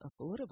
affordable